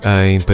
em